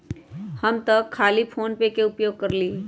हम तऽ खाली फोनेपे के उपयोग करइले